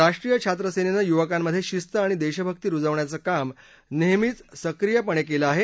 राष्ट्रीय छात्र सेनेनं युवकांमधे शिस्त आणि देशभक्ती रुजवण्याचं काम नेहमीच सक्रीयपणे केलं आहे